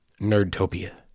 nerdtopia